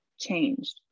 changed